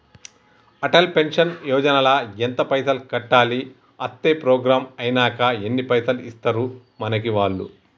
Atal pension Yojana ల ఎంత పైసల్ కట్టాలి? అత్తే ప్రోగ్రాం ఐనాక ఎన్ని పైసల్ ఇస్తరు మనకి వాళ్లు?